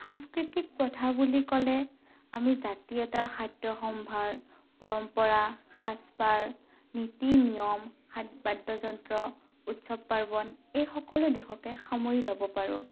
সাংস্কৃতিক প্ৰথা বুলি ক'লে আমি জাতি এটাৰ খাদ্যসম্ভাৰ পৰম্পৰা সাজ পাৰ নীতি নিয়ম হাত বাদ্যযন্ত্ৰ উৎসৱ পাৰ্বণ এই সকলো দিশকে সামৰি ল'ব পাৰোঁ